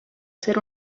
ser